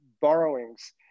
borrowings